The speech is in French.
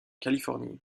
californie